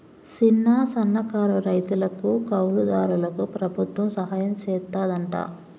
సిన్న, సన్నకారు రైతులకు, కౌలు దారులకు ప్రభుత్వం సహాయం సెత్తాదంట